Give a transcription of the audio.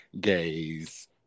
gays